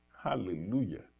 Hallelujah